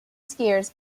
skiers